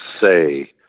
say